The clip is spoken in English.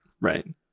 right